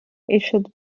issued